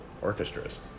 orchestras